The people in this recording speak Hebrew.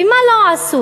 ומה לא עשו?